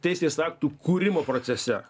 teisės aktų kūrimo procese